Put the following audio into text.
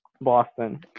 Boston